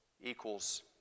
Equals